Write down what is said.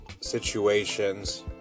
situations